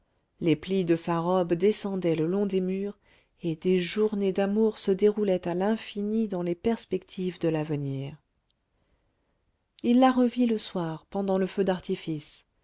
les plis de sa robe descendaient le long des murs et des journées d'amour se déroulaient à l'infini dans les perspectives de l'avenir il la revit le soir pendant le feu d'artifice